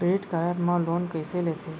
Credit card मा loan कइसे लेथे?